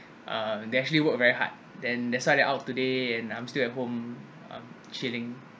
uh they actually work very hard then that's why they out today and I'm still at home um chilling